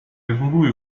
lui